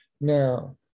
now